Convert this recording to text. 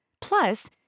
Plus